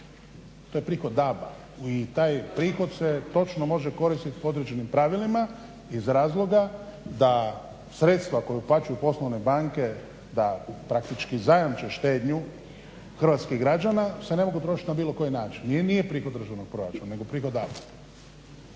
to je prihod DAB-a. i taj prihod se točno može koristiti određenim pravilima iz razloga da sredstva koja uplaćuju poslovne banke da praktički zajamče štednju hrvatskih građana se ne mogu koristiti na bilo koji način. I nije prihod državnog proračuna nego prihod DAB-a.